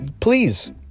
Please